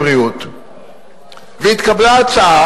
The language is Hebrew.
שלאורך כל התקופה,